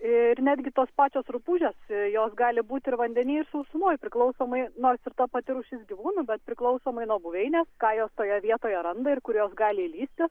ir netgi tos pačios rupūžės jos gali būti ir vandeny ir sausumoj priklausomai nors ir ta pati rūšis gyvūnų bet priklausomai nuo buveinės ką jos toje vietoje randa ir kur jos gali įlįsti